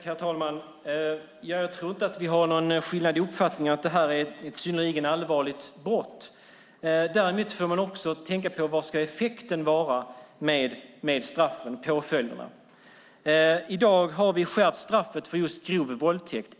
Herr talman! Jag tror inte att vi har någon skillnad i uppfattning när det gäller att detta är ett synnerligen allvarligt brott. Däremot får man också tänka på vad effekten av straffen och påföljderna ska vara. I dag har vi skärpt straffet för just grov våldtäkt.